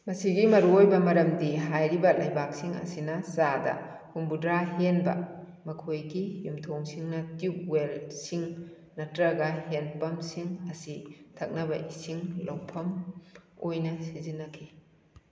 ꯃꯁꯤꯒꯤ ꯃꯔꯨꯑꯣꯏꯕ ꯃꯔꯝꯗꯤ ꯍꯥꯏꯔꯤꯕ ꯂꯩꯕꯥꯛꯁꯤꯡ ꯑꯁꯤꯅ ꯆꯥꯗ ꯍꯨꯝꯐꯨꯇꯔꯥ ꯍꯦꯟꯕ ꯃꯈꯣꯏꯒꯤ ꯌꯨꯝꯊꯣꯡꯁꯤꯡꯅ ꯇ꯭ꯌꯨꯕ ꯋꯦꯜꯁꯤꯡ ꯅꯠꯇ꯭ꯔꯒ ꯍꯦꯟ ꯄꯝꯁꯤꯡ ꯑꯁꯤ ꯊꯛꯅꯕ ꯏꯁꯤꯡ ꯂꯧꯐꯝ ꯑꯣꯏꯅ ꯁꯤꯖꯤꯟꯅꯈꯤ